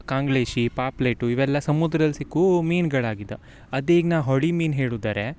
ಕಾಂಗ್ಳೇಶಿ ಪಾಪ್ಲೇಟು ಇವೆಲ್ಲ ಸಮುದ್ರಲ್ಲಿ ಸಿಕ್ಕೂ ಮೀನ್ಗಳಾಗಿದ ಅದೀಗ ನಾ ಹೊಳಿ ಮೀನು ಹೇಳಿದ್ದಾರೆ